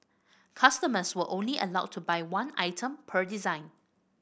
customers were only allowed to buy one item per design